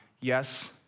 yes